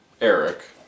Eric